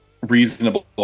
reasonable